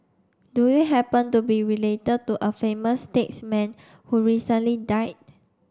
do you happen to be related to a famous statesman who recently died